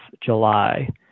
July